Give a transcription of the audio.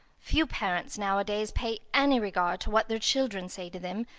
few parents nowadays pay any regard to what their children say to them.